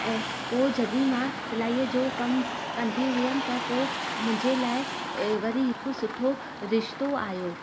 ऐं पो जॾहिं मां सिलाईअ जो कमु कंदी हुअमि त पो मुंहिंजे लाइ वरी हिकु सुठो रिश्तो आहियो